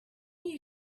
you